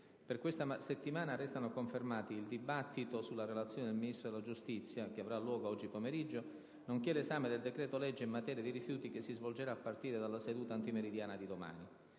Per questa settimana restano confermati il dibattito sulla Relazione del Ministro della giustizia - che avrà luogo oggi pomeriggio - nonché l'esame del decreto-legge in materia di rifiuti che si svolgerà a partire dalla seduta antimeridiana di domani.